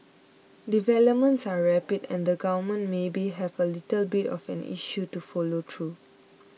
developments are rapid and the governments maybe have a little bit of an issue to follow through